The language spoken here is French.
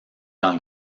dans